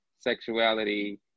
sexuality